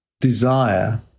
desire